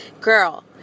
girl